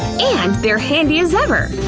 and they're handy as ever.